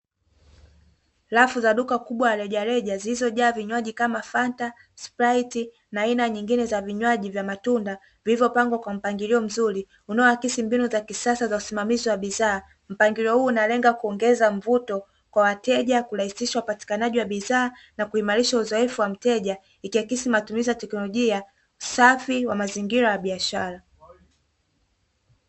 Rafu za duka kubwa la rejareja zilizojaa vinywaji kama:fanta, sprite na aina nyingine za vinywaji vya matunda, zilizopangwa kwa mpangilio mzuri unaoakisi mbinu za kisasa za usimamizi wa bidhaa, mpangilio huu unalenga kuongeza mvuto kwa wateja kurahisisha upatikanaji wa bidhaa na kuimarisha uzoefu wa mteja; ikiakisi matumizi ya teknolojia usafi wa mazingira na biashara.